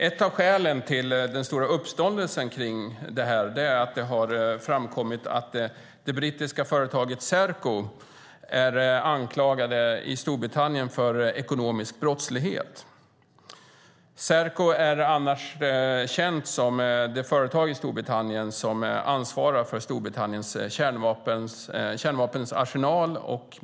Ett av skälen till den stora uppståndelsen kring detta är att det har framkommit att det brittiska företaget Serco är anklagat för ekonomisk brottslighet i Storbritannien. Serco är annars känt som det företag i Storbritannien som ansvarar för dess kärnvapenarsenal.